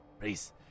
please